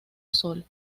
sol